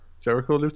jericho